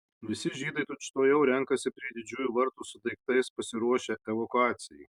visi žydai tučtuojau renkasi prie didžiųjų vartų su daiktais pasiruošę evakuacijai